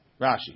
Rashi